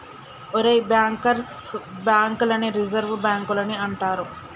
ఒరేయ్ bankers bank లని reserve బాంకులని అంటారు